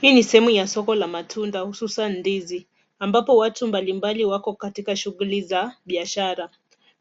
Hii ni sehemu ya soko la matunda hususan ndizi, ampapo watu mbali mbali wako katika shughuli za biashara.